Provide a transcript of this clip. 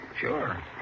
Sure